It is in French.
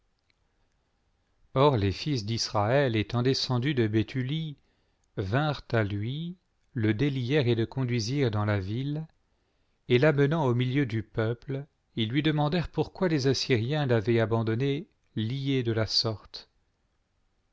or les fils d'israël étant descendus de béthulie vinrent à lui le délièrent et le conduisirent dans la ville et l'amenant au milieu du peuple ils lui denian m dèrent pourquoi les assyriens l'avaient abandonné lié de la sorte